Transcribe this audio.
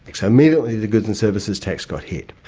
like so immediately the goods and services tax got hit.